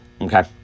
Okay